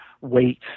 weight